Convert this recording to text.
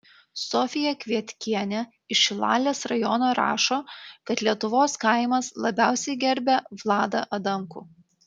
sofija kvietkienė iš šilalės rajono rašo kad lietuvos kaimas labiausiai gerbia vladą adamkų